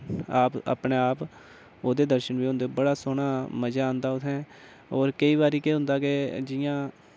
आप अपनै आप ओह्दे दर्शन बी होंदे बड़ा मजा आंदा उत्थैं और केई बारी केह् होंदा के जि'यां